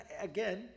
again